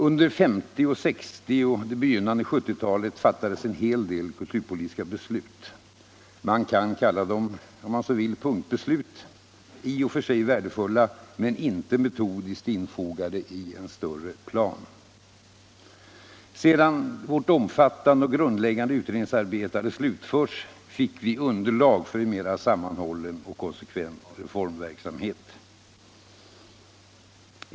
Under 1950-, 1960 och det begynnande 1970-talet fattades en hel det kulturpolitiska beslut. Man kan — om man så vill — kalla dem punktbeslut. De är i och för sig värdefulla men inte metodiskt infogade i en större plan. Sedan vårt omfattande och grundläggande utredningsarbete hade slutförts fick vi underlag för en mer sammanhållen och konsekvent reformverksamhet.